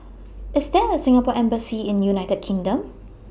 IS There A Singapore Embassy in United Kingdom